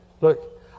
Look